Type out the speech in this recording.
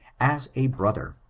as a brother.